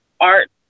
art